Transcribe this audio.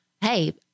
hey